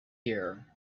here